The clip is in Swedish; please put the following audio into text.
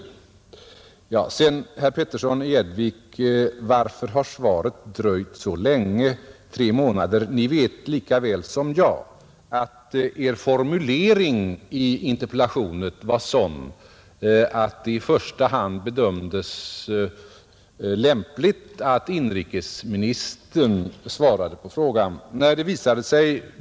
Sedan frågade herr Petersson i Gäddvik också varför svaret har dröjt så länge som tre månader, men ni vet lika bra som jag, herr Petersson, att er formulering i interpellationen var sådan att det i första hand bedömdes lämpligt att inrikesministern svarade på den framställda frågan.